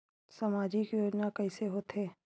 सामजिक योजना कइसे होथे?